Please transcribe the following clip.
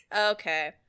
Okay